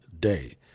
day